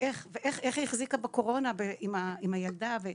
ואיך היא החזיקה בקורונה עם הילדה.